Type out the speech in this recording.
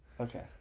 okay